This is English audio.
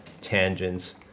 tangents